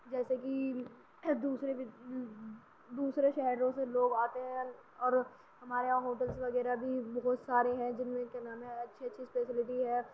جیسے کہ دوسرے دوسرے شہروں سے لوگ آتے ہیں اور ہمارا ہوٹلس وغیرہ بھی بہت سارے ہیں جن میں کیا نام ہے اچھی اچھی فیسلٹی ہے